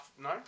No